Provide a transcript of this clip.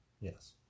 Yes